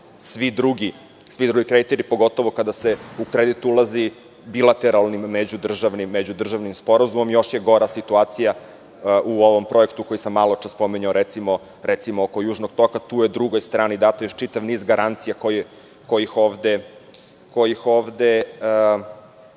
svi drugi kreditori, pogotovo kada se u kredit ulazi bilateralnim međudržavnim sporazumom. Još je gora situacija u ovom projektu koji sam maločas spominjao, recimo oko Južnog toka gde je drugoj strani dat još čitav niz garancija kojih ovde